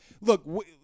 look